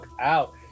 out